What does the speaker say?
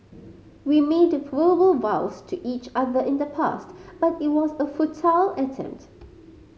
we made verbal vows to each other in the past but it was a futile attempt